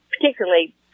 particularly